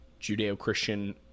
Judeo-Christian